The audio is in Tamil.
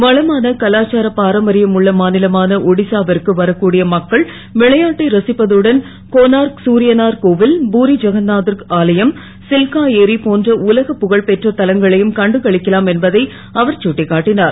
வளமான கலாச்சாரப் பாரம்பரியம் உள்ள மா லமான ஒடிசா விற்கு வரக்கூடிய மக்கள் விளையாட்டை ரசிப்பதுடன் கொனார்க் தரியனார் கோவில் பூரி ஐகன்நாதர் ஆலயம் சில்கா ஏரி போன்ற உலகப் புக பெற்ற தலங்களையும் கண்டு களிக்கலாம் என்பதை அவர் சுட்டிக் காட்டினார்